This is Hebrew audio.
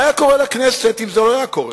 מה היה קורה לכנסת אם זה לא היה קורה?